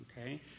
Okay